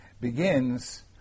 begins